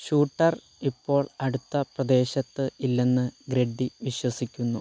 shooter ഇപ്പോൾ അടുത്ത പ്രദേശത്ത് ഇല്ലെന്ന് ഗ്രെഡ്ഡി വിശ്വസിക്കുന്നു